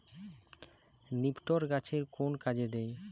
নিপটর গাছের কোন কাজে দেয়?